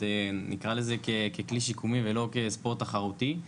נקרא לזה ככלי שיקומי ולא כספורט תחרותי.